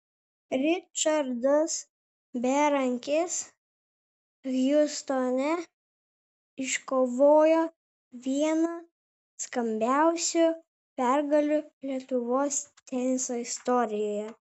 ričardas berankis hjustone iškovojo vieną skambiausių pergalių lietuvos teniso istorijoje